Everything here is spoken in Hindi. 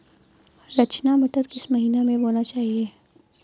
रचना मटर किस महीना में बोना चाहिए?